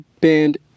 band